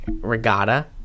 regatta